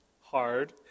Hard